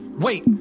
Wait